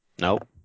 Nope